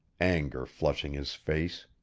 anger flushing his face.